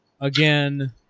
again